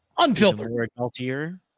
Unfiltered